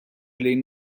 lejn